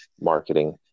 marketing